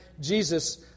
Jesus